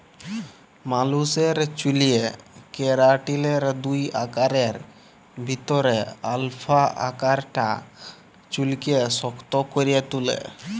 মালুসের চ্যুলে কেরাটিলের দুই আকারের ভিতরে আলফা আকারটা চুইলকে শক্ত ক্যরে তুলে